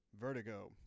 Vertigo